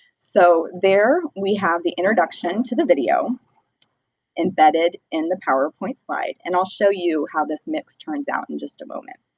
so there we have the introduction to the video embedded in the powerpoint slide, and i'll show you how this mix turns out in a moment.